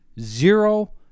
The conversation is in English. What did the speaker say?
zero